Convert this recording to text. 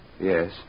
Yes